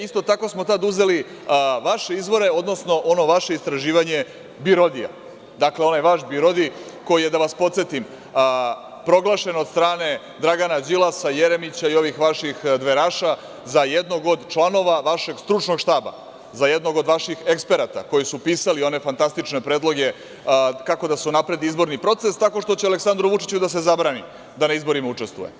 Isto tako smo tada uzeli vaše izvore, odnosno ono vaše istraživanje BIRODI, dakle onaj vaš BIRODI koji je, da vas podsetim, proglašen od strane Dragana Đilasa, Jeremića i ovih vaših dveraša za jednog od članova vašeg stručnog štaba, za jednog od vaših eksperata koji su pisali one fantastične predloge kako da se unapredi izborni proces, tako što će Aleksandru Vučiću da se zabrani da na izborima učestvuje.